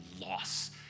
loss